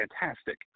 fantastic